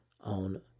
on